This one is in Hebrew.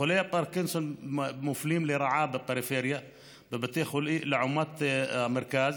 חולי הפרקינסון מופלים לרעה בבתי חולים בפריפריה לעומת המרכז.